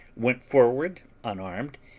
went forward unarmed,